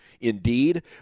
indeed